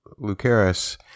Lucaris